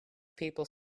people